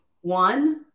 one